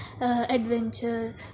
adventure